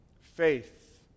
faith